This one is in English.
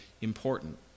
important